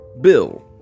Bill